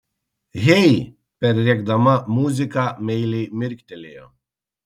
hei perrėkdama muziką meiliai mirktelėjo